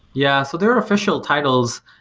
yeah. so their are official titles,